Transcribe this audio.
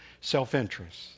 self-interest